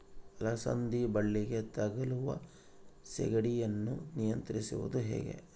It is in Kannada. ಅಲಸಂದಿ ಬಳ್ಳಿಗೆ ತಗುಲುವ ಸೇಗಡಿ ಯನ್ನು ನಿಯಂತ್ರಿಸುವುದು ಹೇಗೆ?